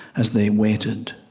as they waited,